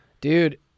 Dude